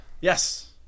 Yes